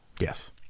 Yes